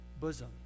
bosom